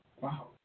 Wow